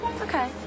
Okay